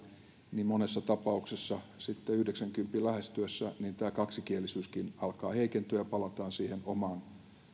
niin monessa tapauksessa sitten yhdeksänkymmenen lähestyessä tämä kaksikielisyyskin alkaa heikentyä ja palataan siihen omaan